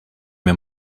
mir